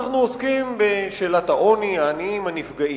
אנחנו עוסקים בשאלת העוני, העניים הנפגעים.